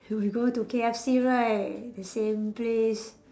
we go to K_F_C right the same place